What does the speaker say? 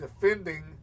defending